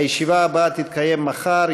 הישיבה הבאה תתקיים מחר,